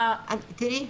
תראי,